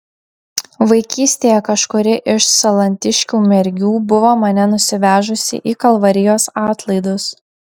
vaikystėje kažkuri iš salantiškių mergių buvo mane nusivežusi į kalvarijos atlaidus